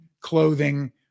clothing